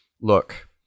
Look